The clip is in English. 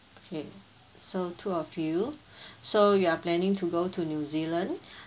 okay so two of you so you are planning to go to new zealand